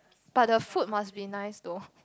but the food must be nice though